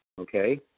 okay